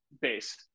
base